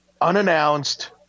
unannounced